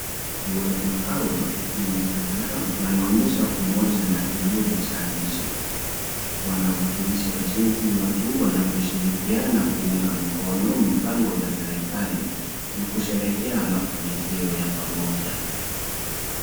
Watu hawa wenye furaha wanaonyesha umoja na kiburi cha nchi. Wana wakilisha jinsi watu wanavyo shirikiana kuunga mkono mipango ya serikali na kusherehekea mafanikio ya pamoja.